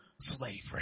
slavery